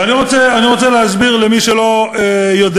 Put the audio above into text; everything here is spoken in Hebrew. אז אני רוצה להסביר למי שלא יודע: